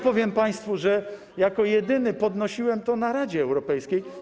Powiem państwu, że jako jedyny podnosiłem to w Radzie Europejskiej.